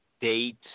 date